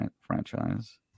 franchise